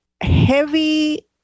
heavy